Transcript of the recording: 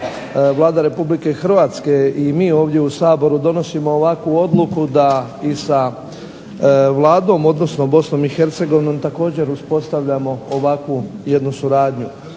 Vlada Republike Hrvatske i mi ovdje u Saboru donosimo ovakvu odluku da i sa Vladom i sa Bosnom i Hercegovinom uspostavljamo jednu ovakvu suradnju.